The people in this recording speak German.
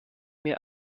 mir